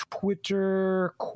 Twitter